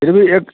फ़िर भी एक